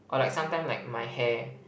or like sometime like my hair